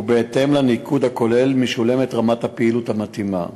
ובהתאם לניקוד הכולל משולמת רמת הפעילות המתאימה.